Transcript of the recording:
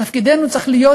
תפקידנו צריך להיות